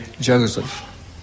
Joseph